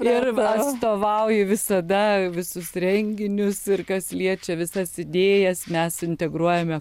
ir atstovauju visada visus renginius ir kas liečia visas idėjas mes integruojame